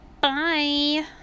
Bye